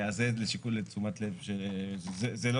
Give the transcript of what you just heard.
אז זה לשיקול, לתשומת לב.